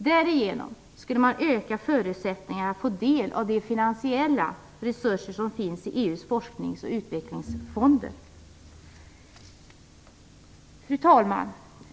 Därigenom skulle man öka förutsättningarna att få del av de finansiella resurser som finns i EU:s forsknings och utvecklingsfonder. Fru talman!